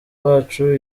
bacu